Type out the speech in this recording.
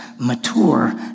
mature